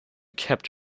kept